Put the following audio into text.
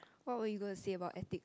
what will you going to say about ethics